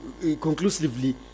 conclusively